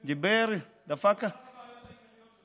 דיבר, דפק, זו אחת הבעיות העיקריות שלו.